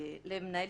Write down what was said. למנהל